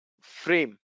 frame